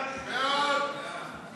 סעיף 33,